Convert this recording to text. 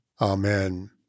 Amen